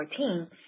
2014